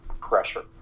pressure